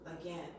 again